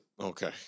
Okay